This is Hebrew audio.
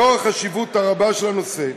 לנוכח החשיבות הרבה של הנושא,